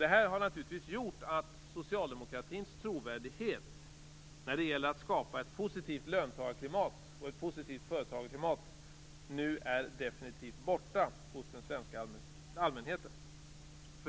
Det här har naturligtvis gjort att socialdemokratins trovärdighet när det gäller att skapa ett positivt löntagarklimat och företagarklimat nu definitivt är borta hos den svenska allmänheten.